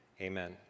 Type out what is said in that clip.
amen